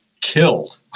killed